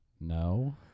No